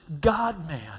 God-Man